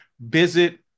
Visit